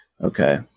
Okay